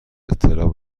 اطلاع